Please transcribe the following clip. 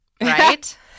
Right